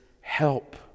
help